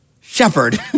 shepherd